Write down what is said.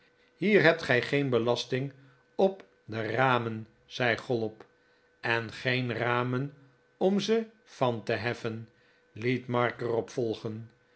hier hebt gij geen belasting op de ramen zei chollop en geen ramen om ze van te heffen liet mark